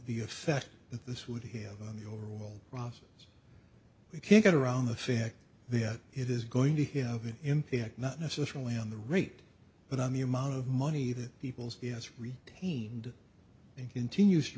the effect that this would hear on the overall process we can't get around the fact that it is going to him have an impact not necessarily on the rate but on the amount of money that people's is retained and continues to